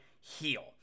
heal